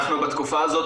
אנחנו בתקופה הזאת,